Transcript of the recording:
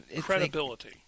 Credibility